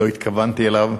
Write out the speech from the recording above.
לא התכוונתי אליו.